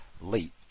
late